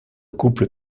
couple